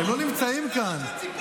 הם לא נמצאים כאן.